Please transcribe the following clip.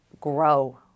grow